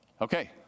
Okay